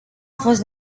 fost